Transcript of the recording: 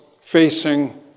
facing